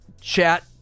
chat